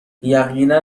یقینا